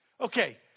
Okay